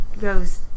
goes